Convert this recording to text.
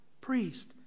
priest